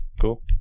Cool